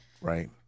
Right